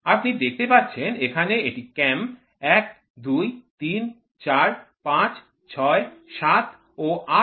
আপনি দেখতে পাচ্ছেন এখানে এটি ক্যাম ১ ২ ৩ ৪ ৫ ৬ ৭ এবং ৮